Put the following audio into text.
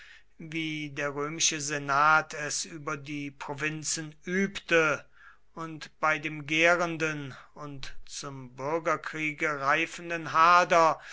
wie der römische senat es über die provinzen übte und bei dem gärenden und zum bürgerkriege reifenden hader